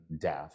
death